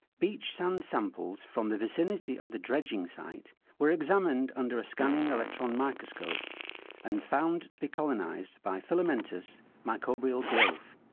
beach sand samples from the vicinity of the dredging site were examined under a scanning electron microscope and found to be colonised by filamentous microbial growth.